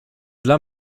dla